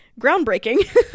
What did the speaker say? groundbreaking